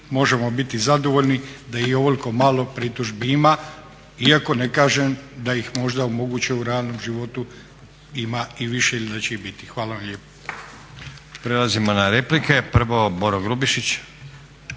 možemo biti zadovoljni da i ovoliko malo pritužbi ima iako ne kažem da ih možda moguće u radnom životu ima i više ili da će ih biti. Hvala vam lijepo.